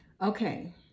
Okay